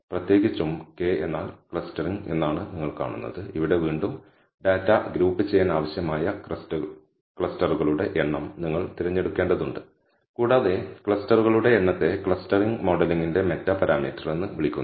പ്രത്യേകിച്ചും K എന്നാൽ clustering എന്നാണ് നിങ്ങൾ കാണുന്നത് ഇവിടെ വീണ്ടും ഡാറ്റ ഗ്രൂപ്പുചെയ്യാൻ ആവശ്യമായ ക്ലസ്റ്ററുകളുടെ എണ്ണം നിങ്ങൾ തിരഞ്ഞെടുക്കേണ്ടതുണ്ട് കൂടാതെ ക്ലസ്റ്ററുകളുടെ എണ്ണത്തെ ക്ലസ്റ്ററിംഗ് മോഡലിംഗിന്റെ മെറ്റാ പാരാമീറ്റർ എന്ന് വിളിക്കുന്നു